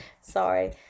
Sorry